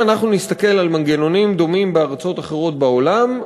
אם אנחנו נסתכל על מנגנונים דומים בארצות אחרות בעולם,